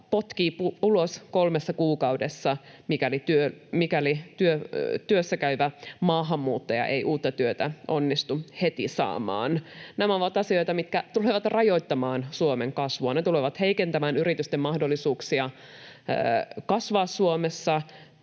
potkii ulos kolmessa kuukaudessa, mikäli työssäkäyvä maahanmuuttaja ei uutta työtä onnistu heti saamaan. Nämä ovat asioita, mitkä tulevat rajoittamaan Suomen kasvua. Ne tulevat heikentämään yritysten mahdollisuuksia kasvaa Suomessa.